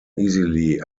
easily